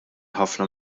ħafna